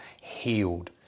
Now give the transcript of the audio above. healed